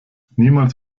niemals